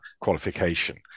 qualification